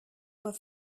were